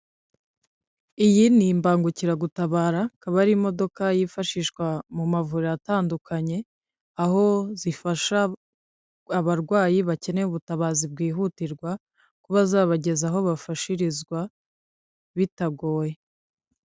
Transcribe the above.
Iyi ni imbangukiragutabara akaba ari imodoka yifashishwa mu mavuriro atandukanye aho zifasha abarwayi bakeneye ubutabazi bwihutirwa kuba bazabageza aho bafashirizwa bitagoye.